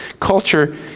Culture